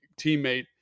teammate